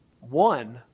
one